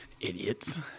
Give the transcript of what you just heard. Idiots